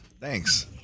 Thanks